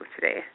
today